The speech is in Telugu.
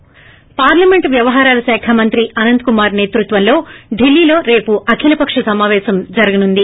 ి పార్లమెంట్ వ్యవహారాల శాఖ మంత్రి అనంత కుమార్ నేతృత్వంలో ఢిల్లీలో రేపు అఖిలపక్ష సమాపేశం జరగనుంది